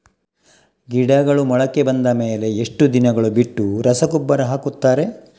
ಗಿಡಗಳು ಮೊಳಕೆ ಬಂದ ಮೇಲೆ ಎಷ್ಟು ದಿನಗಳು ಬಿಟ್ಟು ರಸಗೊಬ್ಬರ ಹಾಕುತ್ತಾರೆ?